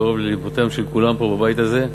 קרוב לליבותיהם של כולם פה בבית הזה,